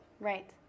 right